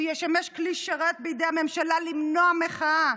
הוא ישמש כלי שרת בידי הממשלה למנוע מחאה.